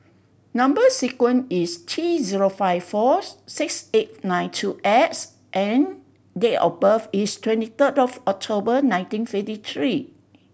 number sequence is T zero five fourth six eight nine two X and date of birth is twenty third of October nineteen fifty three